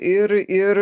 ir ir